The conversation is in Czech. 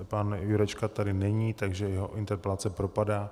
Pan Jurečka tady není, takže jeho interpelace propadá.